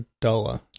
dollar